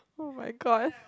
oh-my-god